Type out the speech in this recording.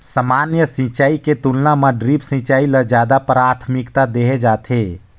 सामान्य सिंचाई के तुलना म ड्रिप सिंचाई ल ज्यादा प्राथमिकता देहे जाथे